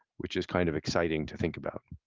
which is kind of exciting to think about.